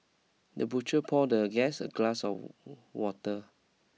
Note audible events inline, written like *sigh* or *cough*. the butler pour the guest a glass of *hesitation* water